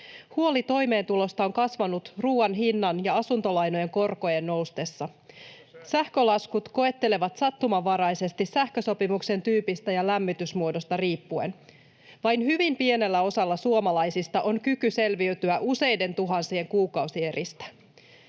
Huoli toimeentulosta on kasvanut ruoan hinnan ja asuntolainojen korkojen noustessa. Sähkölaskut koettelevat sattumanvaraisesti sähkösopimuksen tyypistä ja lämmitysmuodosta riippuen. Vain hyvin pienellä osalla suomalaisista on kyky selviytyä useiden tuhansien kuukausieristä.